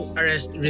arrest